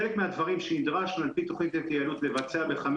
חלק מהדברים שנדרשנו על פי תוכנית ההתייעלות לבצע בחמש